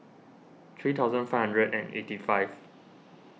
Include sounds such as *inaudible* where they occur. three thousand five hundred and eighty five *noise*